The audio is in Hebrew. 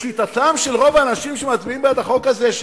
לשיטתם של רוב האנשים שמצביעים בעד החוק הזה,